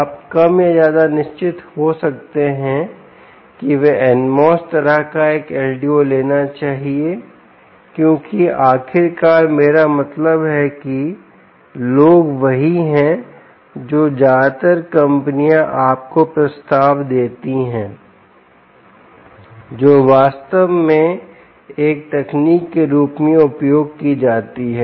आप कम या ज्यादा निश्चित हो सकते हैं कि वाह NMOS तरह का एक LDO होना चाहिए क्योंकि आखिरकार मेरा मतलब है कि लोग वही हैं जो ज्यादातर कंपनियां आपको प्रस्ताव देती हैं जो वास्तव में एक तकनीक के रूप में उपयोग की जाती हैं